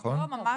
לא.